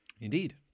Indeed